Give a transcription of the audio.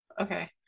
okay